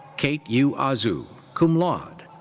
kate u. ah azu, cum laude.